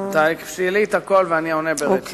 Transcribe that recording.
תשאלי את הכול, ואני עונה ברצף.